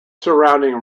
surrounding